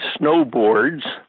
snowboards